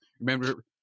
remember